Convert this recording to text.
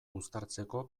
uztartzeko